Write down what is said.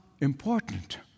important